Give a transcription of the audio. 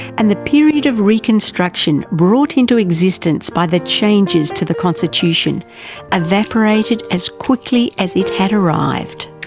and the period of reconstruction brought into existence by the changes to the constitution evaporated as quickly as it had arrived.